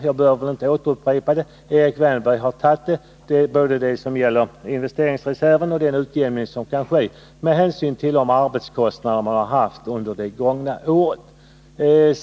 Jag behöver inte upprepa detta, eftersom Erik Wärnberg tog upp både det som gäller investeringsreserven och det som gäller den utjämning som kan ske med hänsyn till de arbetskostnader man haft under det gångna året.